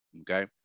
Okay